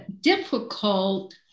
difficult